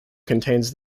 contains